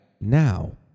Now